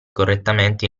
correttamente